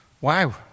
Wow